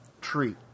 treat